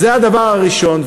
אז זה הדבר הראשון.